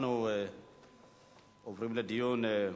אנחנו עוברים לדיון.